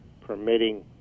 permitting